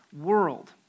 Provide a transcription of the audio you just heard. world